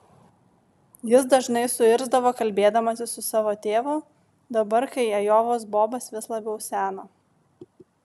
jis dažnai suirzdavo kalbėdamasis su savo tėvu dabar kai ajovos bobas vis labiau seno